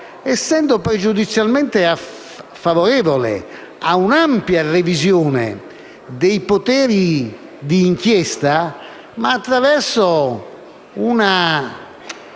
essendo pregiudizialmente favorevole a un'ampia revisione dei poteri d'inchiesta, ma attraverso una